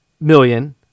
million